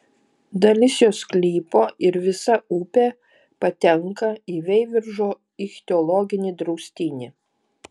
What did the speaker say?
dalis jo sklypo ir visa upė patenka į veiviržo ichtiologinį draustinį